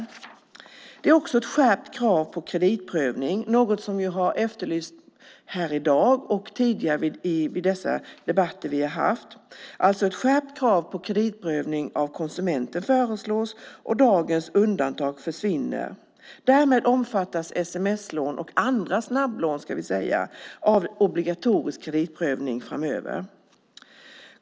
Det finns också ett skärpt krav på kreditprövning - något som vi har efterlyst här i dag och tidigare i de debatter vi har haft. Det är alltså ett skärpt krav på kreditprövning av konsumenter som föreslås, och dagens undantag försvinner. Därmed omfattas både sms-lån och andra snabblån av obligatorisk kreditprövning framöver.